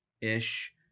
ish